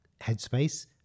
headspace